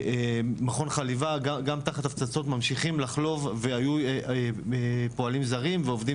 מכון חליבה גם תחת הפצצות ממשיכים לחלוב והיו פועלים זרים ועובדים